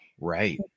Right